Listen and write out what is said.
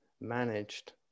managed